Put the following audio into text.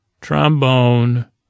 Trombone